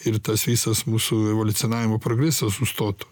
ir tas visas mūsų evoliucionavimo progresas sustotų